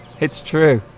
it's true